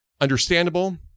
understandable